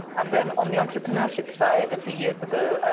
and then on the entrepreneurship side, a few years ago